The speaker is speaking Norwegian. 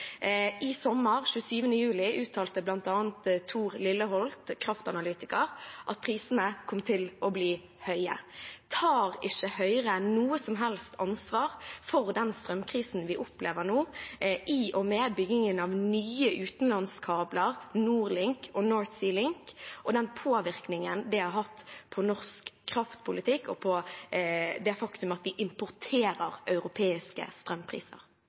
I sommer – 27. juli – uttalte bl.a. Tor Reier Lilleholt, kraftanalytiker, at prisene kom til å bli høye. Tar ikke Høyre noe som helst ansvar for den strømkrisen vi opplever nå, i og med byggingen av nye utenlandskabler – NordLink og North Sea Link – og den påvirkningen det har hatt på norsk kraftpolitikk og på det faktum at vi importerer europeiske strømpriser?